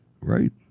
Right